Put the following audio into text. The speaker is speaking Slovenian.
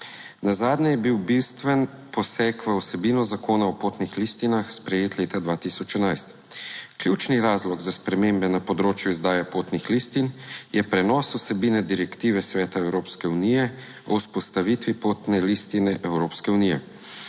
Nazadnje je bil bistven poseg v vsebino Zakona o potnih listinah sprejet leta 2011. Ključni razlog za spremembe na področju izdaje potnih listin je prenos vsebine direktive Sveta Evropske unije o vzpostavitvi potne listine Evropske unije.